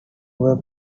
were